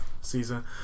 season